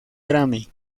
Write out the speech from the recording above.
grammy